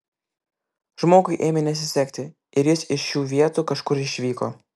žmogui ėmė nesisekti ir jis iš šių vietų kažkur išvyko